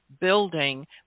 building